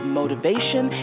motivation